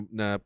na